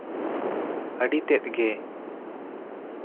ᱟᱹᱰᱤ ᱛᱮᱜ ᱜᱮ